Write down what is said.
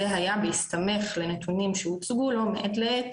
זה היה בהסתמך לנתונים שהוצגו לו מעת לעת,